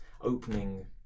opening